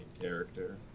character